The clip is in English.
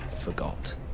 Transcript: forgot